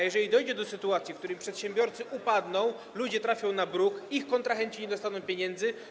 Jeżeli dojdzie do sytuacji, w której przedsiębiorcy upadną, ludzie trafią na bruk, ich kontrahenci nie dostaną pieniędzy.